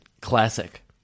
Classic